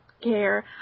care